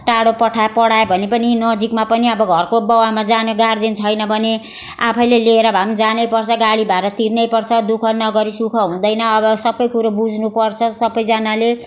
टाढो पठायो पढायो भने पनि नजिकमा पनि अब घरको बाउ आमा जाने गार्जेन छैन भने आफैले लिएर भए पनि जानु पर्छ गाडी भाडा तिर्न पर्छ दुःख नगरी सुख हुँदैन अब सब कुरो बुझ्नु पर्छ सबजनाले